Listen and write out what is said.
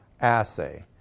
assay